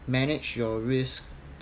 manage your risk